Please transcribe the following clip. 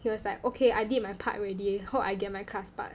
he was like okay I did my part already hope I get my class part